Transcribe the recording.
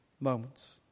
moments